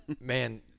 Man –